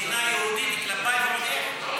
מדינה יהודית כלפיי ועוד איך.